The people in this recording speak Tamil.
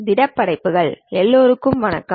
திட படைப்புகள் எல்லோருக்கும் வணக்கம்